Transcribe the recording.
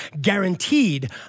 guaranteed